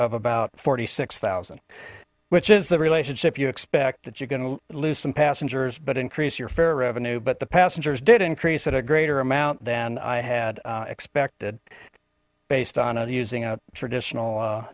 of about forty six thousand which is the relationship you expect that you're going to lose some passengers but increase your fare revenue but the passengers did increase at a greater amount than i had expected based on using a traditional